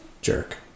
Jerk